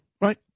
right